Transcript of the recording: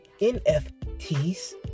NFTs